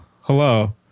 hello